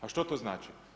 A što to znači?